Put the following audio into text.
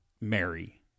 Mary